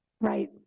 right